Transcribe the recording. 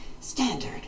standard